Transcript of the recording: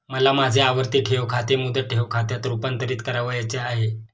मला माझे आवर्ती ठेव खाते मुदत ठेव खात्यात रुपांतरीत करावयाचे आहे